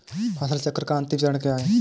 फसल चक्र का अंतिम चरण क्या है?